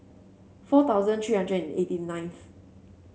four thousand three hundred and eighty ninth